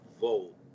vote